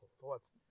thoughts